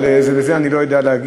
אבל על זה אני לא יודע להגיד,